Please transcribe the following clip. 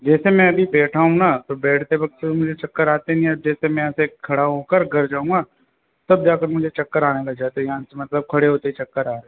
जैसे मैं अभी बैठा हूँ ना तो बैठते वक्त मुझे चक्कर आते नहीं है जैसे मैं यहाँ से खड़ा हो कर घर जाऊँगा तब जा कर मुझे चक्कर आने लग जाते यहाँ से मतलब खड़े होते ही चक्कर आ रहे